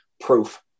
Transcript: proof